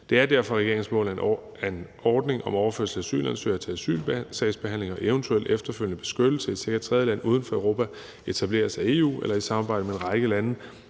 Det er derfor regeringens mål, at en ordning om overførsel af asylansøgere til asylsagsbehandling og eventuel efterfølgende beskyttelse i et sikkert tredjeland uden for Europa etableres af EU eller i samarbejde med en række lande